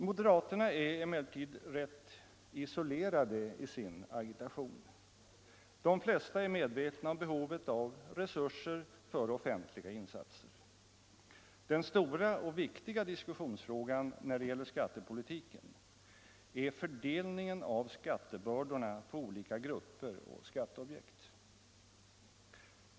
Moderaterna är emellertid rätt isolerade i sin agitation. De flesta är medvetna om behovet av resurser för offentliga insatser. Den stora och viktiga diskussionsfrågan när det gäller skattepolitiken är fördelningen av skattebördorna på olika grupper och skatteobjekt.